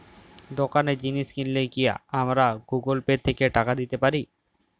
দোকানে জিনিস কিনলে কি আমার গুগল পে থেকে টাকা দিতে পারি?